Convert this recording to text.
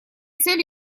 целью